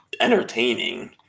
entertaining